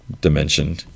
dimension